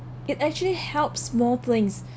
it actually helps more things